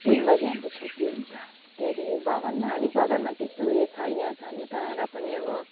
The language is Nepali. तिन बजी हाम्रो छुट्टी हुन्छ त्यहाँदेखि बगानमा अनि बगानमा त्यस्तो उयो छैन छन त र पनि अब